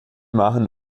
machen